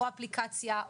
או אפליקציה,